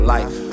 Life